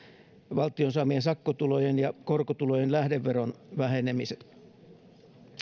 valtion saamien sakkotulojen ja korkotulojen lähdeveron vähenemiset